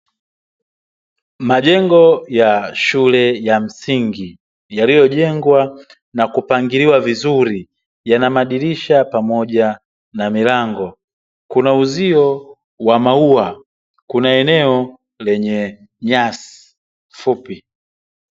Majengo ya shule ya msingi yaliyojengwa na kupangiliwa vizuri, yana madirisha pamoja na milango. Kuna uzio wa maua, kuna eneo lenye nyasi fupi.